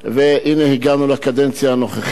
והנה, הגענו לקדנציה הנוכחית,